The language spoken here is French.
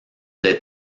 des